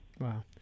Wow